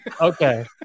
Okay